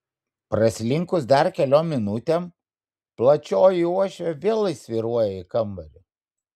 praslinkus dar keliom minutėm plačioji uošvė vėl įsvyruoja į kambarį